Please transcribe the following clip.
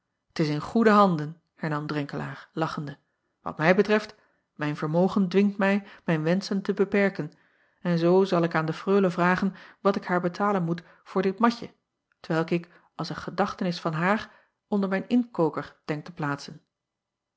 t s in goede handen hernam renkelaer lachende wat mij betreft mijn vermogen dwingt mij mijn wenschen te beperken en zoo zal ik aan de reule vragen wat ik haar betalen moet voor dit matje t welk ik als acob van ennep laasje evenster delen een gedachtenis van haar onder mijn inktkoker denk te plaatsen